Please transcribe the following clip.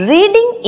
Reading